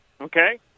Okay